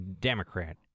Democrat